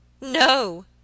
No